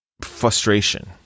frustration